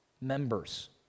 members